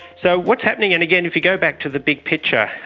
so what's happening, and again, if you go back to the big picture,